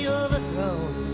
overthrown